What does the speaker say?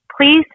please